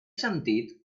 sentit